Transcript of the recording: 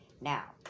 Now